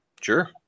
sure